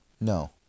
No